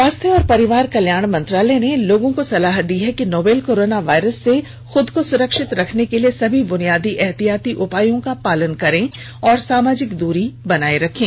स्वास्थ्य और परिवार कल्याण मंत्रालय ने लोगों को सलाह दी है कि वे नोवल कोरोना वायरस से अपने को सुरक्षित रखने के लिए सभी बुनियादी एहतियाती उपायों का पालन करें और सामाजिक दूरी बनाए रखें